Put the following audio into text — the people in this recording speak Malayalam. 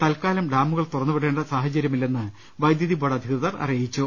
തൽക്കാലം ഡാമുകൾ തുറന്നുവിടേണ്ട സാഹചര്യമില്ലെന്ന് വൈദ്യുതി ബോർഡ് അധികൃതർ അറിയിച്ചു